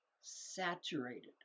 saturated